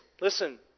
listen